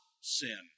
sin